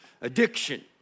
Addiction